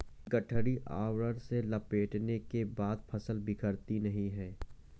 गठरी आवरण से लपेटने के बाद फसल बिखरती नहीं है